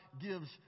gives